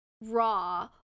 Raw